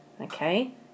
Okay